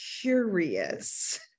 curious